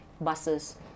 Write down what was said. buses